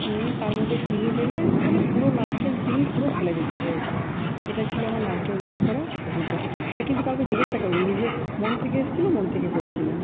নিয়ে তার মধ্যে চিনি ঢেলে ওখানে পুরো নারকেল চিনি পুরো ফেলে দিতে হয়েছে এটা ছিল আমার নারকেল নাড়ু করার অভিজ্ঞতা এটা কিন্তু কাওকে জিজ্ঞাসা করি নি নিজের মন থেকে এসছিল মন থেকে করেছিলাম